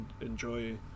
enjoy